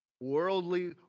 worldly